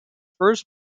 first